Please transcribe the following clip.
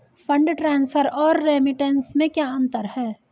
Fund transfer और remittance में क्या अंतर है?